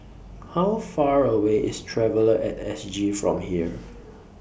How Far away IS Traveller At S G from here